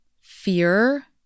fear